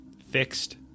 Fixed